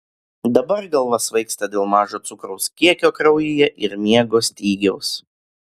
dabar galva svaigsta dėl mažo cukraus kiekio kraujyje ir miego stygiaus